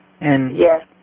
Yes